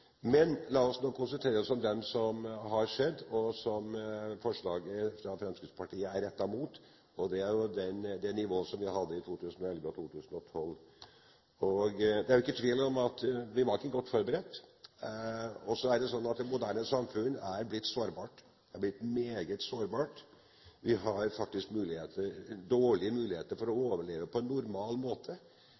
Men la oss nå konsentrere oss om dem som har skjedd, og som forslaget fra Fremskrittspartiet er rettet mot; det er det nivået vi hadde i 2011 og 2012. Det er ikke tvil om at vi ikke var godt forberedt, og så er det slik at det moderne samfunn er blitt sårbart – det er blitt meget sårbart. Vi har faktisk dårlige muligheter for å overleve på en normal måte.